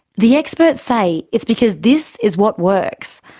the experts say it's because this is what works.